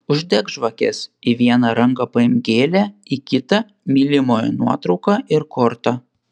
uždek žvakes į vieną ranką paimk gėlę į kitą mylimojo nuotrauką ir kortą